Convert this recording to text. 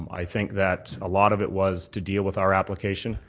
i think that a lot of it was to deal with our application.